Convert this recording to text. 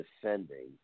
defending